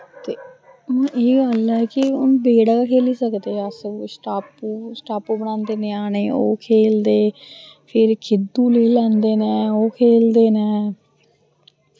ते एह् गल्ल ऐ कि हून बेह्ड़ै गै खेली सकदे अस स्टापू स्टापू बनांदे ञ्याने ओह् खेलदे फिर खिद्दु लेई लैंदे न ओह् खेलदे न